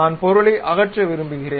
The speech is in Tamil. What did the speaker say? நான் பொருளை அகற்ற விரும்புகிறேன்